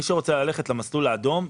מי שרוצה ללכת למסלול האדום,